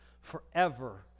forever